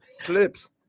Clips